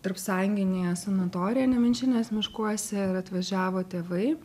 tarpsąjunginėje sanatorijoj nemenčinės miškuose ir atvažiavo tėvai